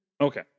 okay